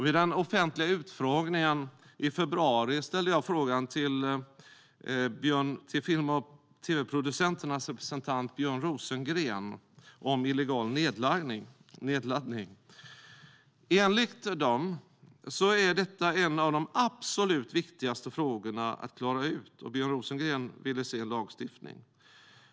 Vid den offentliga utfrågningen i februari ställde jag frågan till Film och tv-producenternas representant Björn Rosengren om illegal nedladdning. Enligt Film och tv-producenterna är detta en av de absolut viktigaste frågorna att klara ut, och Björn Rosengren ville se en lagstiftning.